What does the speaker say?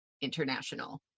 international